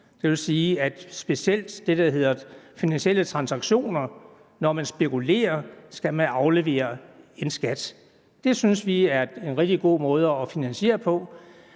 Det vil sige, at det specielt skal ske på det, der hedder finansielle transaktioner. Når man spekulerer, skal man aflevere en skat. Det synes vi er en rigtig god måde at finansiere det